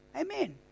Amen